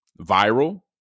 viral